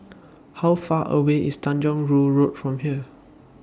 How Far away IS Tanjong Rhu Road from here